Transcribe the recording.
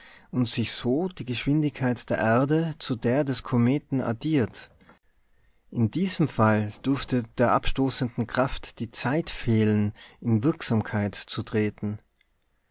und sich so die geschwindigkeit der erde zu der des kometen addiert in diesem fall dürfte der abstoßenden kraft die zeit fehlen in wirksamkeit zu treten